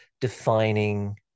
defining